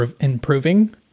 improving